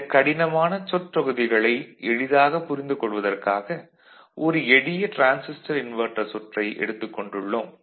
இந்த கடினமானச் சொற்றொகுதிகளை எளிதாக புரிந்து கொள்வதற்காக ஒரு எளிய டிரான்சிஸ்டர் இன்வெர்ட்டர் சுற்றை எடுத்துக் கொண்டுள்ளோம்